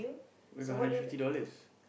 where got hundred fifty dollars